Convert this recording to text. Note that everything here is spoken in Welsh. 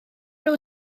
nhw